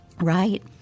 Right